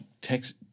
text